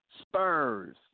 Spurs